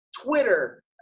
Twitter